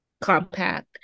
compact